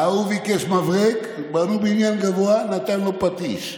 ההוא ביקש מברג, בנו בניין גבוה, נתן לו פטיש.